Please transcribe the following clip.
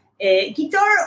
guitar